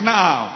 now